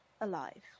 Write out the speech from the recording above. alive